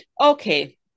Okay